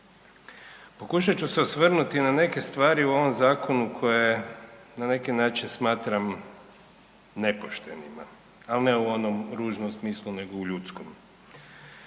Pokušat ću se osvrnuti na neke stvari u ovom Zakonu koje na neki način smatram nepoštenima, ali ne u onom ružnom smislu nego u ljudskom.